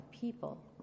people